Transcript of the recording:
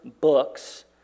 books